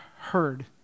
heard